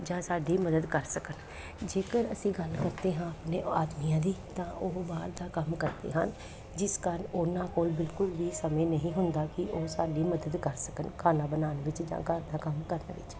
ਜਾਂ ਸਾਡੀ ਮਦਦ ਕਰ ਸਕਣ ਜੇਕਰ ਅਸੀਂ ਗੱਲ ਕਰਦੇ ਹਾਂ ਆਪਣੇ ਉਹ ਆਦਮੀਆਂ ਦੀ ਤਾਂ ਉਹ ਬਾਹਰ ਦਾ ਕੰਮ ਕਰਦੇ ਹਨ ਜਿਸ ਕਾਰਨ ਉਹਨਾਂ ਕੋਲ ਬਿਲਕੁਲ ਵੀ ਸਮੇਂ ਨਹੀਂ ਹੁੰਦਾ ਕਿ ਉਹ ਸਾਡੀ ਮਦਦ ਕਰ ਸਕਣ ਖਾਣਾ ਬਣਾਉਣ ਵਿੱਚ ਜਾਂ ਘਰ ਦਾ ਕੰਮ ਕਰਨ ਵਿਚ